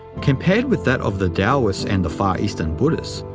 compared with that of the taoists and far eastern buddhists,